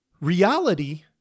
Reality